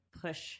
push